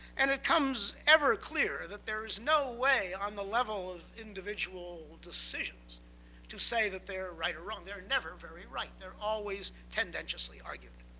and it comes ever clearer that there is no way on the level of individual decisions to say that they are right or wrong. they're never very right. they're always tendentiously argued.